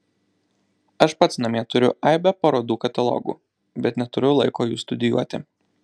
aš pats namie turiu aibę parodų katalogų bet neturiu laiko jų studijuoti